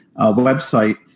website